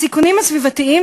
הסיכונים הסביבתיים,